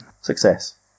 Success